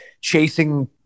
chasing